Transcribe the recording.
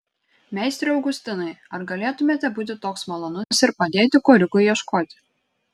meistre augustinai ar galėtumėte būti toks malonus ir padėti korikui ieškoti